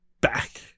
back